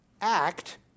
Act